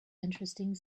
interesting